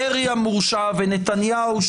דרעי המורשע ונתניהו,